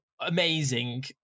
amazing